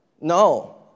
No